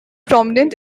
prominent